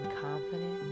confident